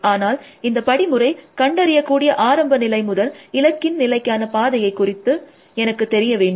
ஆனால் இந்த படிமுறை கண்டறியக்கூடிய ஆரம்ப நிலை முதல் இலக்கின் நிலைக்கான பாதையை குறித்து எனக்குத் தெரிய வேண்டும்